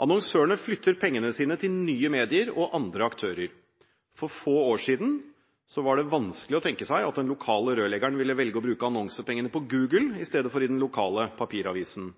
Annonsørene flytter pengene sine til nye medier og andre aktører. For få år siden var det vanskelig å tenke seg at den lokale rørleggeren ville velge å bruke annonsepengene på Google i stedet for i den lokale papiravisen.